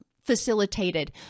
facilitated